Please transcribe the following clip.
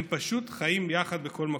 הם פשוט חיים יחד בכל מקום.